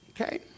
Okay